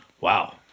Wow